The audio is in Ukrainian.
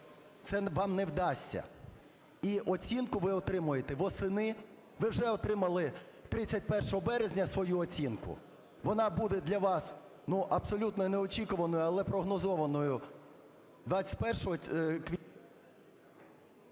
Це вам не вдасться. І оцінку ви отримаєте восени, ви вже отримали 31 березня свою оцінку, вона буде для вас, ну, абсолютно неочікуваною, але прогнозованою 21-го…